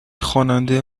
خواننده